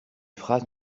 phrases